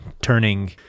turning